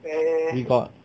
you got